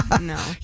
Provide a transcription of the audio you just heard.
no